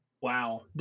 Wow